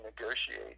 negotiate